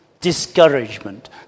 discouragement